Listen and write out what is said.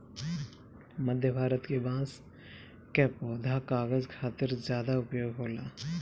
मध्य भारत के बांस कअ पौधा कागज खातिर ज्यादा उपयोग होला